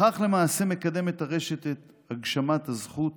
בכך למעשה מקדמת הרשת את הגשמת הזכות